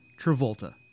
Travolta